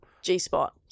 G-spot